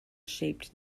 shaped